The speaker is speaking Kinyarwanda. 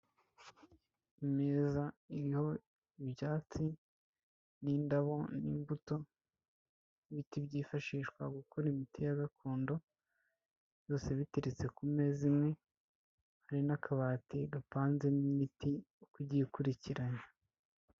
Imeza iriho ibyatsi n'indabo n'imbuto n'ibiti byifashishwa gukora imiti ya gakondo byose biteretse ku meza imwe, hari n'akabati gapanzemo imiti uko igiye ikurikirana.